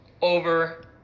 over